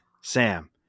Sam